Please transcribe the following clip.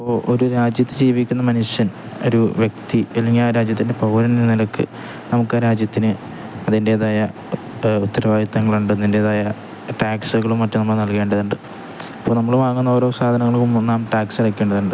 ഇപ്പോള് ഒരു രാജ്യത്തു ജീവിക്കുന്ന മനുഷ്യൻ ഒരു വ്യക്തി അല്ലെങ്കില് ആ രാജ്യത്തിൻ്റെ പൗരനെന്ന നിലയ്ക്കു നമുക്ക് ആ രാജ്യത്തിന് അതിന്റേതായ ഉത്തരവാദിത്തങ്ങളുണ്ട് അതിന്റേതായ ടാക്സുകളും മറ്റും നമ്മള് നൽകേണ്ടതുണ്ട് ഇപ്പോള് നമ്മള് വാങ്ങുന്ന ഓരോ സാധനങ്ങള്ക്കും നാം ടാക്സ് അടയ്ക്കേണ്ടതുണ്ട്